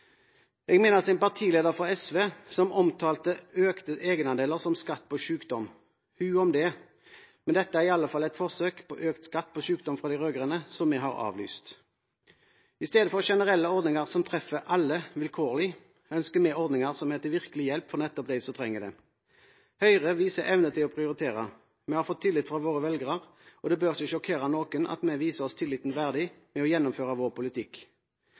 Jeg minnes en partileder fra SV som omtalte økte egenandeler som skatt på sykdom – hun om det. Dette er i alle fall et forsøk på økt skatt på sykdom fra de rød-grønne som vi har avlyst. Istedenfor generelle ordninger som treffer alle vilkårlig, ønsker vi ordninger som er til virkelig hjelp for nettopp dem som trenger det. Høyre viser evne til å prioritere. Vi har fått tillit fra våre velgere, og det bør ikke sjokkere noen at vi viser oss tilliten verdig ved å gjennomføre vår politikk.